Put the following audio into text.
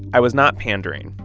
i was not pandering.